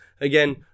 again